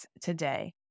today